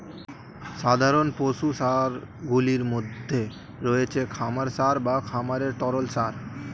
সাধারণ পশু সারগুলির মধ্যে রয়েছে খামার সার বা খামারের তরল সার